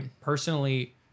personally